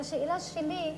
והשאלה שלי,